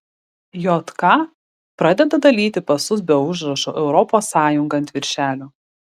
jk pradeda dalyti pasus be užrašo europos sąjunga ant viršelio